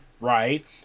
Right